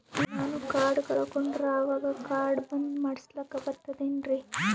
ನಾನು ಕಾರ್ಡ್ ಕಳಕೊಂಡರ ಅವಾಗ ಕಾರ್ಡ್ ಬಂದ್ ಮಾಡಸ್ಲಾಕ ಬರ್ತದೇನ್ರಿ?